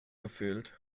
gefühlt